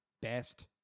best